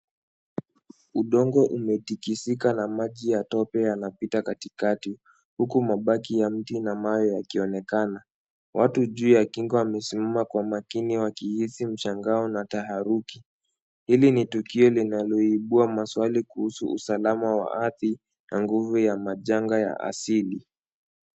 Udongo umetikisika na maji ya tope yanapita katikati, huku mabaki ya mti na mawe yakionekana. Watu juu ya kingo wamesimama kwa makini wakihisi mshangao na taharuki. Hili ni tukio linaloibua maswali kuhusu usalama wa ardhi na nguvu ya majengo ya asili.